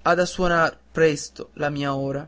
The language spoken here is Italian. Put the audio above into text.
ha da sonar presto la mia ora